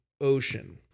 ocean